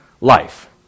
life